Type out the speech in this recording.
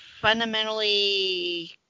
fundamentally